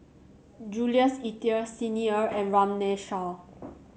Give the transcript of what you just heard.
Jules Itier Xi Ni Er and Runme Shaw